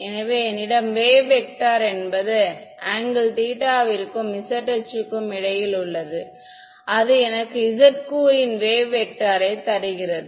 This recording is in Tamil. எனவே என்னிடம் வேவ் வெக்டர் என்பது ஆங்கிள் தீட்டாவிற்கும் z அச்சுக்கும் இடையில் உள்ளது அது எனக்கு z கூறின் வேவ் வெக்டரை தருகிறது